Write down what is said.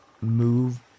move